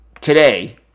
Today